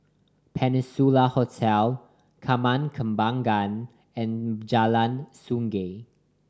Peninsula Hotel Taman Kembangan and Jalan Sungei